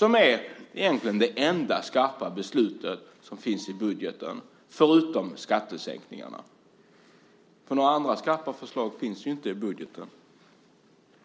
Det är egentligen det enda skarpa beslut som finns i budgeten, förutom skattesänkningarna. Några andra skarpa förslag finns ju inte i budgeten.